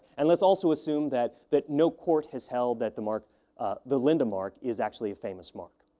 and let's also assume that that no court has held that the mark the linda mark is actually a famous mark.